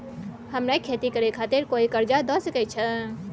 हमरा खेती करे खातिर कोय कर्जा द सकय छै?